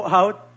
out